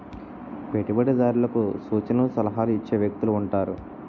పెట్టుబడిదారులకు సూచనలు సలహాలు ఇచ్చే వ్యక్తులు ఉంటారు